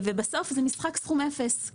בסוף זה משחק סכום אפס,